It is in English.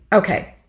okay,